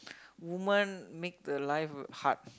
woman make the life hard